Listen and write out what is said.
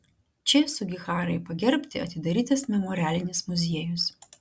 č sugiharai pagerbti atidarytas memorialinis muziejus